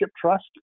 trust